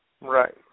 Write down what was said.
Right